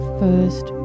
first